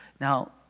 Now